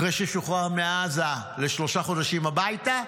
אחרי ששוחרר מעזה לשלושה חודשים הביתה,